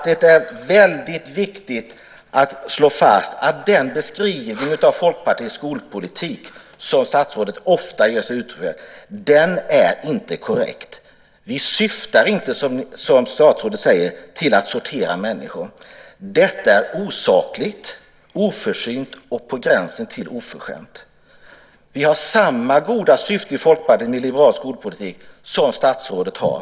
Det är väldigt viktigt att slå fast att den beskrivning av Folkpartiets skolpolitik som statsrådet ofta ger uttryck för inte är korrekt. Vi syftar inte till att, som statsrådet säger, sortera människor. Att säga det är osakligt, oförsynt och på gränsen till oförskämt. Vi i Folkpartiet med vår liberala skolpolitik har samma goda syfte som statsrådet har.